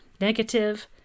negative